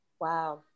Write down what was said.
Wow